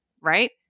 Right